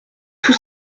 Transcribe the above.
tout